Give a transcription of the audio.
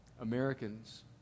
Americans